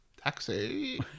Taxi